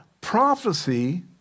prophecy